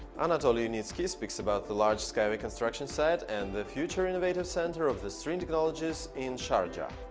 anatoliy yunitskiy speaks about the large skyway construction site and the future innovation centre of the sring technologies in sharjah.